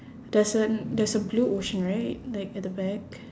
there's an there's a blue ocean right like at the back